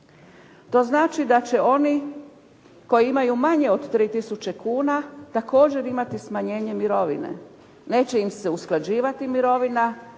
To znači da će oni koji imaju manje od 3000 kuna također imati smanjenje mirovine. Neće im se usklađivati mirovina,